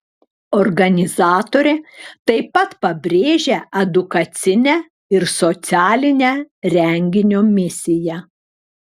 organizatorė taip pat pabrėžia edukacinę ir socialinę renginio misiją